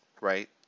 right